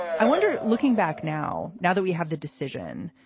i wonder, looking back now, now that we have the decision,